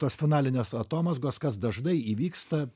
tos finalinės atomazgos kas dažnai įvyksta